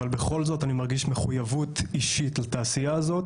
אבל בכל זאת אני מרגיש מחויבות אישית לתעשייה הזאת,